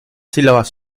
sílabas